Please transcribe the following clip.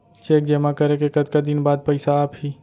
Cheque जेमा करे के कतका दिन बाद पइसा आप ही?